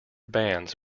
bands